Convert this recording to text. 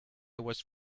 was